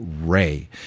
Ray